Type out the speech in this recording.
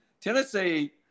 Tennessee